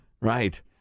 Right